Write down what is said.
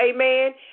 amen